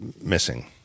missing